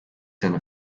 seine